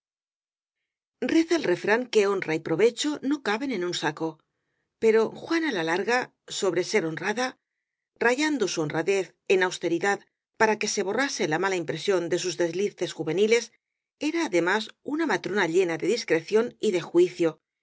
reza el refrán que honra y provecho no caben en un saco pero juana la larga sobre ser honra da rayando su honradez en austeridad para que se borrase la mala impresión de sus deslices juveni les era además una matrona llena de discreción y de juicio